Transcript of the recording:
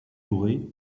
doré